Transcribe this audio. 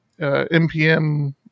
npm